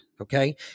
okay